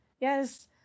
Yes